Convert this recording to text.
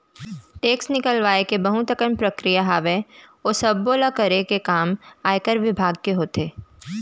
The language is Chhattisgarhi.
टेक्स निकलवाय के बहुत अकन प्रक्रिया हावय, ओ सब्बो ल करे के काम आयकर बिभाग के होथे